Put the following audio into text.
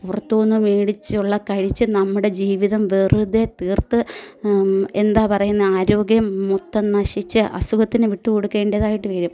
പുറത്തുനിന്ന് മേടിച്ചുള്ള കഴിച്ച് നമ്മുടെ ജീവിതം വെറുതെ തീർത്ത് എന്താ പറയുന്നത് ആരോഗ്യം മൊത്തം നശിച്ച് അസുഖത്തിന് വിട്ടു കൊടുക്കേണ്ടതായിട്ട് വരും